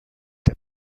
der